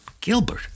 Gilbert